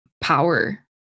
power